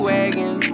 Wagon